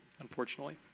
unfortunately